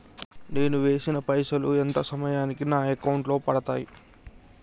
నేను వేసిన పైసలు ఎంత సమయానికి నా అకౌంట్ లో పడతాయి?